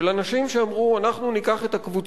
של אנשים שאמרו: אנחנו אוהדים,